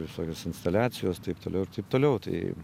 visokios instaliacijos taip toliau taip toliau tai